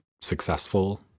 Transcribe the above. successful